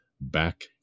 back